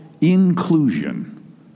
inclusion